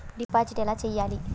Deposit ఎలా చెయ్యాలి?